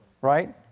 right